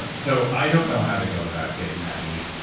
but so i don't know how to go about getting that meat.